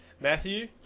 Matthew